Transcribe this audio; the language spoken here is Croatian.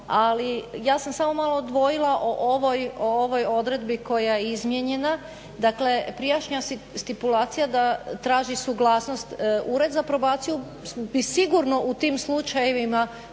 ja sam samo malo dvojila o ovoj odredbi koja je izmijenjena. Dakle, prijašnja stipulacija da traži suglasnost Ured za probaciju